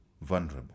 vulnerable